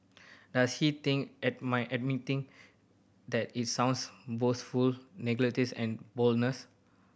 does he think admire admitting that it sounds boastful negates and